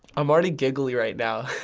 i'm already giggly right now.